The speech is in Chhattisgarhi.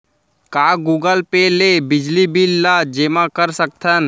का गूगल पे ले बिजली बिल ल जेमा कर सकथन?